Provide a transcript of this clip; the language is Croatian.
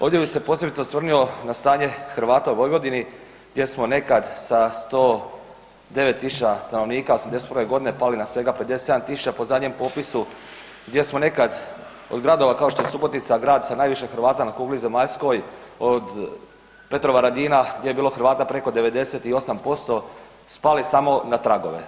Ovdje bi se posebice osvrnuo na stanje Hrvata u Vojvodini gdje smo nekad sa 109 tisuća stanovnika '81. g. pali na svega 57 tisuća po zadnjem popisu, gdje smo nekad od gradova kao što je Subotica, grad sa najviše Hrvata na kugli zemaljskoj, od Petrovaradina, gdje je bilo Hrvata preko 98%, spali samo na tragove.